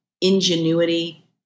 ingenuity